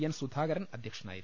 N Sudhakaran അധ്യക്ഷനായിരുന്നു